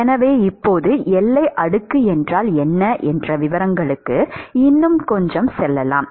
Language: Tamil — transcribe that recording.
எனவே இப்போது எல்லை அடுக்கு என்றால் என்ன என்ற விவரங்களுக்கு இன்னும் கொஞ்சம் செல்லலாம்